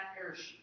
parachute